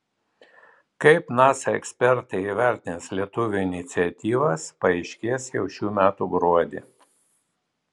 kaip nasa ekspertai įvertins lietuvių iniciatyvas paaiškės jau šių metų gruodį